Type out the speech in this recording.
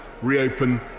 reopen